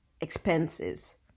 expenses